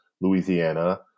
Louisiana